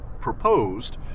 proposed